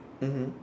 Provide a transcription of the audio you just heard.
mmhmm